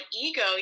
ego